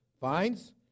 finds